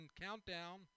Countdown